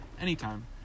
anytime